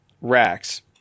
racks